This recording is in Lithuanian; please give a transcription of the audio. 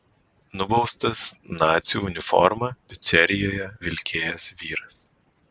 nubaustas nacių uniformą picerijoje vilkėjęs vyras